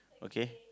okay